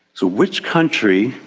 so which country,